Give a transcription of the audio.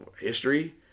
history